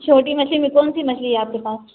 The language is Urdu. چھوٹی مچھلی میں کون سی مچھلی ہے آپ کے پاس